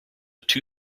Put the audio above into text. two